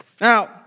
Now